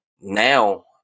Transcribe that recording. now